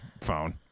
phone